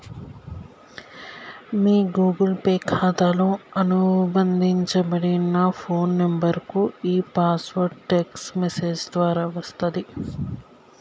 మీ Google Pay ఖాతాతో అనుబంధించబడిన phone నంబర్కు ఈ పాస్వర్డ్ టెక్ట్స్ మెసేజ్ ద్వారా వస్తది